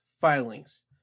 filings